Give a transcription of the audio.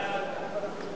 הכללת ירושלים באזור סיוע),